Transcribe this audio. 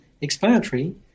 explanatory